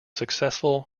successful